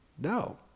no